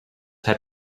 had